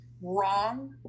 wrong